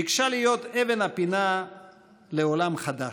ביקשה להיות אבן הפינה לעולם חדש,